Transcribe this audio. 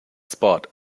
spot